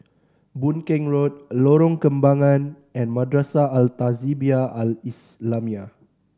Boon Keng Road Lorong Kembagan and Madrasah Al Tahzibiah Al Islamiah